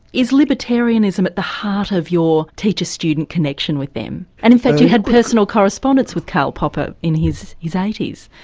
is libertarianism at the heart of your teacher-student connection with them? and in fact you had personal correspondence with carl popper in his his eighty s.